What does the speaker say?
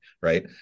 right